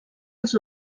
els